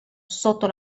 sotto